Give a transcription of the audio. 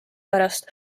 pärast